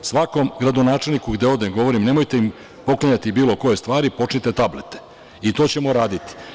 Svakom gradonačelniku gde odem govorim – nemojte im poklanjati bilo koje stvari, počnite tablete i to ćemo raditi.